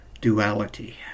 duality